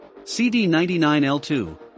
CD99L2